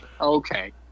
Okay